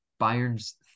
Bayern's